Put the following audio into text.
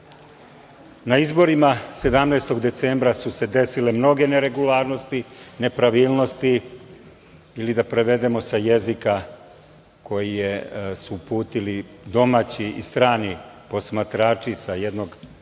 izborima 17. decembra su se desile mnoge neregularnosti, nepravilnosti ili da prevedemo sa jezika koji su uputili domaći i strani posmatrači sa jednog